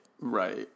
right